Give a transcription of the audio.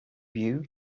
view